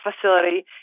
facility